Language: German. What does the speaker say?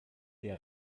der